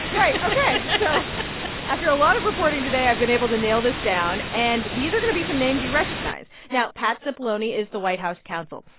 right. ok. so after a lot of reporting today, i've been able to nail this down. and these are going to be some names you recognize. now pat cipollone is the white house counsel.